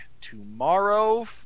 tomorrow